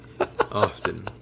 often